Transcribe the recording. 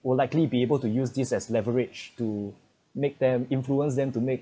will likely be able to use this as leverage to make them influence them to make